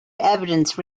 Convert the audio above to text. evidence